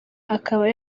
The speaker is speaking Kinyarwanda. akaba